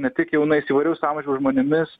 ne tik jaunais įvairiaus amžiaus žmonėmis